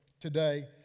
today